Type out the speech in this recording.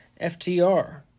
FTR